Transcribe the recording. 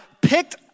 picked